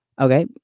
okay